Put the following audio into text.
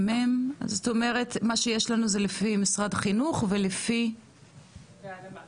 זאת אומרת מה שיש לנו זה לפי משרד החינוך ולפי הלמ"ס.